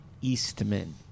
Eastman